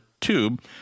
tube